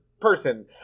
person